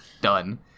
done